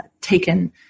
taken